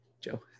Joe